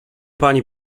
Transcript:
pani